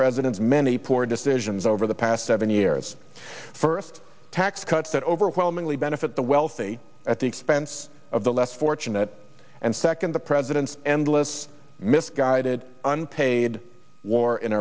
president's many poor decisions over the past seven years first tax cuts that overwhelmingly benefit the wealthy at the expense of the less fortunate and second the president's endless misguided unpaid war in